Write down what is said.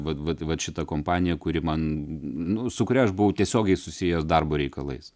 vat vat vat šita kompanija kuri man nu su kuria aš buvau tiesiogiai susijęs darbo reikalais